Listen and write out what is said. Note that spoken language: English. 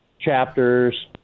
chapters